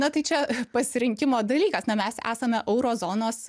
na tai čia pasirinkimo dalykas na mes esame euro zonos